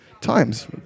times